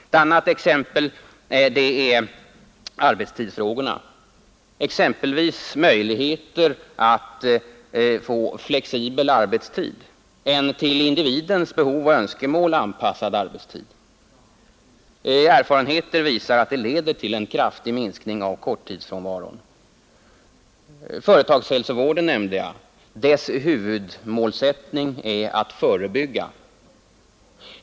Ett annat exempel är möjligheterna att få flexibel arbetstid, en till individens behov och önskemål anpassad arbetstid. Erfarenheter visar att det leder till en kraftig minskning av korttidsfrånvaron. Företagshälsovården nämnde jag förut. Dess huvudmålsättning är att förebygga.